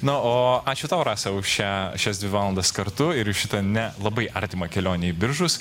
na o ačiū tau rasa už šią šias dvi valandas kartu ir už šitą ne labai artimą kelionę į biržus